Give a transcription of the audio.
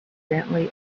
gently